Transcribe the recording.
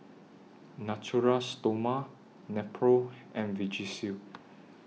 Natura Stoma Nepro and Vagisil